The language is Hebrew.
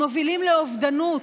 הם מובילים לאובדנות,